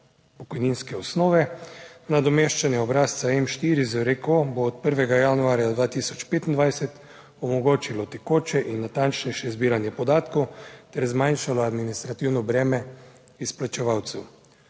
pokojninske osnove, nadomeščanje obrazca M-4 z REK-O bo od 1. januarja 2025 omogočilo tekoče in natančnejše zbiranje podatkov ter zmanjšalo administrativno breme izplačevalcev.